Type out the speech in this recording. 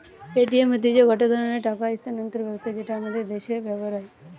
Paytm হতিছে গটে ধরণের টাকা স্থানান্তর ব্যবস্থা যেটা আমাদের দ্যাশে ব্যবহার হয়